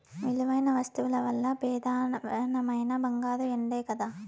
విలువైన వస్తువుల్ల పెదానమైనవి బంగారు, ఎండే కదా